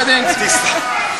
עוד שתי קדנציות.